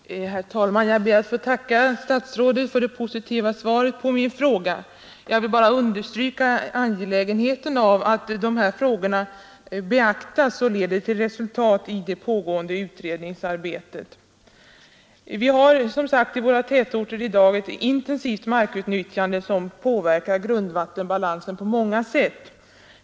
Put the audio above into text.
Herr talman! Jag ber att få tacka statsrådet för det positiva svaret på min fråga. Jag vill bara understryka angelägenheten av att de här problemen beaktas och att det pågående utredningsarbetet leder till resultat. Vi har i våra tätorter i dag ett intensivt markutnyttjande som påverkar grundvattenbalansen på många sätt.